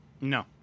No